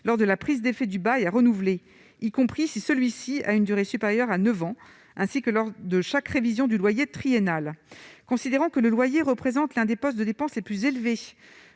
lors de la prise d'effet du bail à renouveler, y compris si celui-ci a une durée supérieure à 9 ans ainsi que lors de chaque révision du loyer triennal, considérant que le loyer représente l'un des postes de dépenses plus élevé